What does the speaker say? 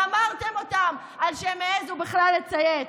גמרתם אותם על שהם העזו בכלל לצייץ.